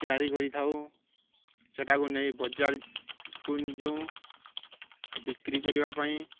ତିଆରି କରିଥାଉ ସେଟାକୁ ନେଇ ବଜାରକୁ ଯେଉଁ ବିକ୍ରି କରିବା ପାଇଁ